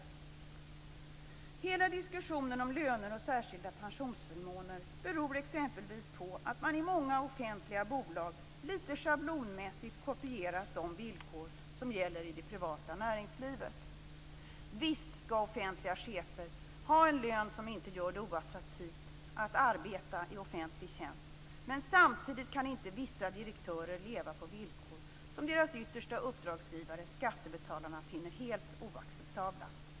Hela diskussionen om löner och särskilda pensionsförmåner beror exempelvis på att man i många offentliga bolag litet schablonmässigt kopierat de villkor som gäller i det privata näringslivet. Visst skall offentliga chefer ha en lön som inte gör det oattraktivt att arbeta i offentlig tjänst, men samtidigt kan inte vissa direktörer leva på villkor som deras yttersta uppdragsgivare - skattebetalarna - finner helt oacceptabla.